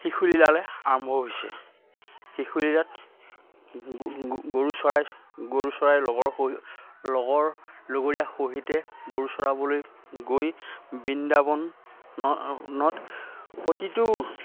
শিশুলীলালে আৰম্ভ হৈছে শিশুলীলাত গৰু চৰাই গৰু চৰাইৰ লগৰ লগৰ লগৰীয়া সহিতে গৰু চৰাবলৈ গৈ বৃন্দাবনত প্ৰতিটো